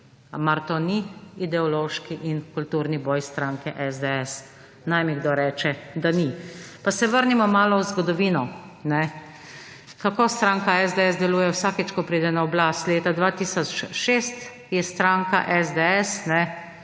Mar to ni ideološki in kulturni boj stranke SDS? Naj mi kdo reče, da ni. Pa se vrnimo malo v zgodovino. Kako stranka SDS deluje vsakič, ko pride na oblast. Leta 2006 je stranka SDS